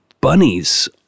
bunnies